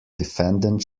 defendant